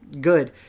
good